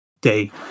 day